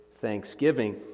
thanksgiving